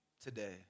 today